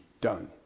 done